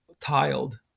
tiled